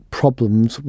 problems